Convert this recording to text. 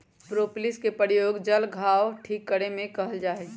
propolis के प्रयोग जल्ल घाव के ठीक करे में कइल जाहई